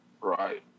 Right